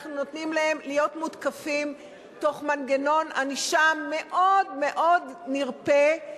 אנחנו נותנים להם להיות מותקפים תוך מנגנון ענישה מאוד מאוד נרפה,